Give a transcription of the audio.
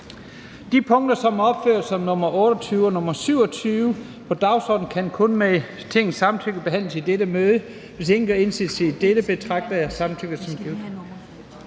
De punkter, som er opført som nr. 28, nr. 37 og nr. 44 på dagsordenen, kan kun med Tingets samtykke behandles i dette møde. Hvis ingen gør indsigelse, betragter jeg samtykket